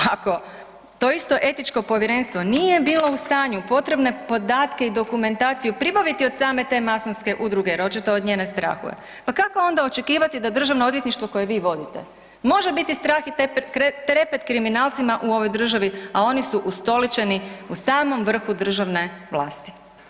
Ako to isto etičko povjerenstvo nije bilo u stanju potrebne podatke i dokumentaciju pribaviti od same te masonske udruge jer očito od nje ne strahuje, pa kako onda očekivati da Državno odvjetništvo koje vi vodite može biti strah i trepet kriminalcima u ovoj državi, a oni su ustoličeni u samom vrhu državne vlasti.